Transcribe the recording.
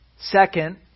Second